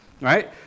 right